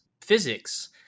physics